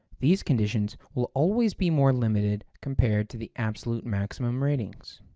these conditions will always be more limited compared to the absolute maximum ratings.